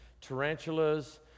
tarantulas